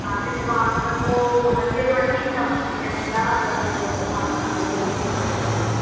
office मां त पोइ हुनखे बि वठी ईंदमि जेकॾहिं न त पोइ बसि असां खाली नंढे बबूअ खे वठी करे ईंदा